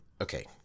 Okay